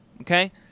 Okay